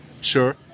sure